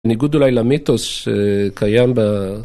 ‫ניגוד אולי למיתוס שקיים ב...